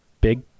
Big